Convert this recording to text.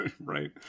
Right